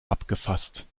abgefasst